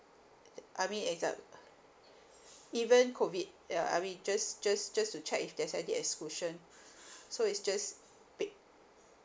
I mean is uh even COVID ya I mean just just just to check if there's any exclusion so it's just paid